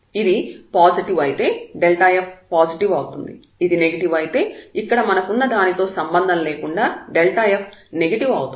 ఇది పాజిటివ్ ధనాత్మకం అయితే f పాజిటివ్ అవుతుంది ఇది నెగెటివ్ రుణాత్మకం అయితే ఇక్కడ మనకున్న దానితో సంబంధం లేకుండా f నెగెటివ్ అవుతుంది